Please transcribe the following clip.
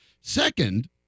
Second